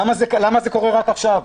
למה זה קורה רק עכשיו?